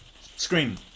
Scream